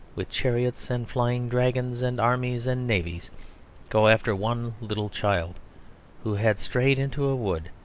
with chariots and flying dragons and armies and navies go after one little child who had strayed into a wood,